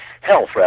health